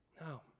No